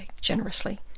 generously